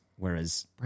Whereas